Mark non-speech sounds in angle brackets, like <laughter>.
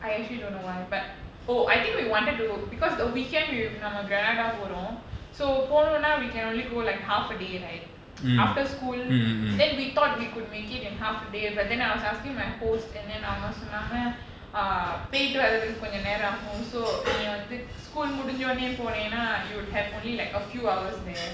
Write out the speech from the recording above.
I actually don't know why but oh I think we wanted to because the weekend நாம:naama granada போறோம்:porom so போனஉடனே:pona udane we can only go like half a day right <noise> after school then we thought we could make it in half a day but then I was asking my host and then அவங்கசொன்னாங்கபோய்ட்டுவரதுக்குகொஞ்சம்நேரம்ஆய்டும்:avanka sonnanaka poitu varathukku konjam neram aaidum school முடிஞ்சஉடனேநீபோனேன்னா:mudincha udane nee ponenna you would have only like a few hours there